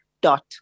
dot